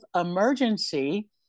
emergency